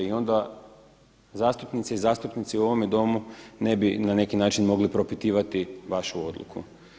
I onda zastupnice i zastupnici u ovome Domu ne bi na neki način mogli propitivati vašu odluku.